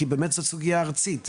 כי באמת זו סוגיה ארצית.